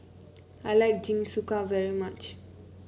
I like Jingisukan very much